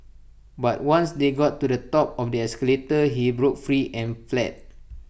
but once they got to the top of the escalator he broke free and fled